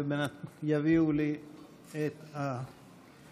עוד מעט יביאו לי את הרשימות.